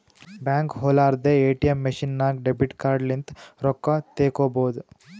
ಬ್ಯಾಂಕ್ಗ ಹೊಲಾರ್ದೆ ATM machine ನಾಗ್ ಡೆಬಿಟ್ ಕಾರ್ಡ್ ಲಿಂತ್ ರೊಕ್ಕಾ ತೇಕೊಬೋದ್